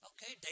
Okay